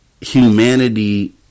humanity